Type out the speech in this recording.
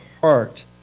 heart